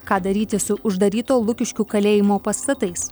ką daryti su uždaryto lukiškių kalėjimo pastatais